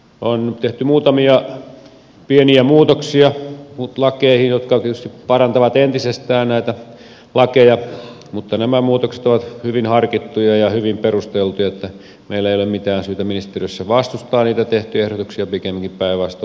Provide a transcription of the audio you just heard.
on tehty lakeihin muutamia pieniä muutoksia jotka tietysti parantavat entisestään näitä lakeja mutta nämä muutokset ovat hyvin harkittuja ja hyvin perusteltuja eli meillä ei ole mitään syytä ministeriössä vastustaa niitä tehtyjä ehdotuksia pikemminkin päinvastoin